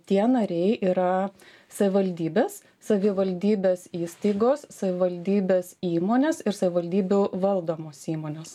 tie nariai yra savivaldybės savivaldybės įstaigos savivaldybės įmonės ir savivaldybių valdomos įmonės